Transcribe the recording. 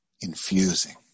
Infusing